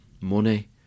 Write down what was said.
Money